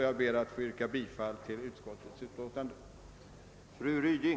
Jag ber att få yrka bifall till utskottets hemställan.